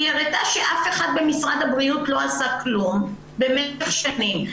היא הראתה שאף אחד במשרד הבריאות לא עשה כלום במשך שנים.